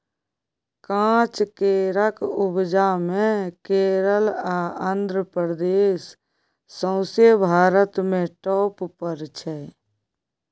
काँच केराक उपजा मे केरल आ आंध्र प्रदेश सौंसे भारत मे टाँप पर छै